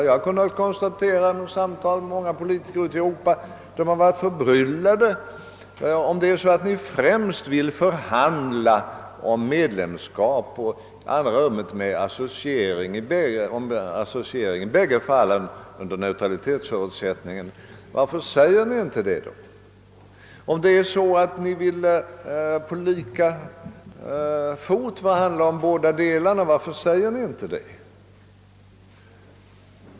Jag har kunnat konstatera vid samtal med många politiker ute i Europa, att de har varit frågande och sagt: Om ni främst vill förhandla om medlemskap och i andra rummet om associering, i bägge fallen under neutralitetsförutsättning, varför säger ni inte ut det? Om ni vill förhandla »på lika fot» :om båda delarna, varför säger ni inte det?